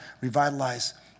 revitalize